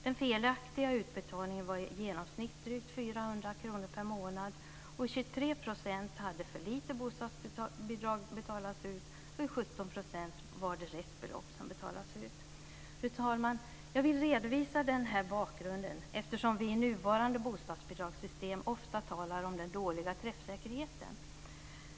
Den felaktiga utbetalningen var i genomsnitt drygt 400 kr per månad. I 23 % hade för lite bostadsbidrag betalats ut, och i 17 % var det rätt belopp som hade betalats ut. Fru talman! Jag vill redovisa den här bakgrunden eftersom vi i nuvarande bostadsbidragssystem ofta talar om den dåliga träffsäkerheten.